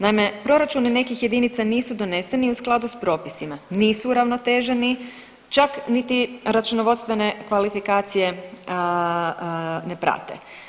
Naime, proračuni nekih jedinica nisu doneseni u skladu s propisima, nisu uravnoteženi, čak niti računovodstvene kvalifikacije ne prate.